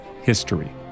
history